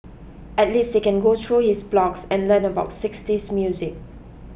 at least they can go through his blogs and learn about sixties music